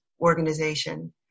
organization